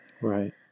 Right